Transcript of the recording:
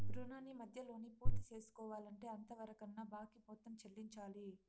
రుణాన్ని మధ్యలోనే పూర్తిసేసుకోవాలంటే అంతవరకున్న బాకీ మొత్తం చెల్లించాలి